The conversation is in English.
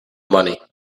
money